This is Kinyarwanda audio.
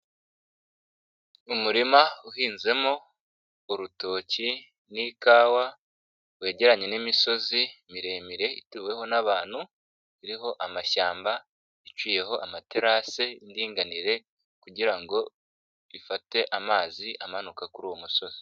Umurima uhinzemo urutoki n'ikawa wegeranye n'imisozi miremire ituweho n'abantu iriho amashyamba iciyeho amaterase y'indinganire kugira ngo ifate amazi amanuka kuri uwo musozi.